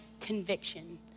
conviction